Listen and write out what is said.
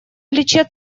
плече